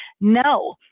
no